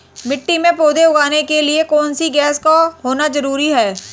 मिट्टी में पौधे उगाने के लिए कौन सी गैस का होना जरूरी है?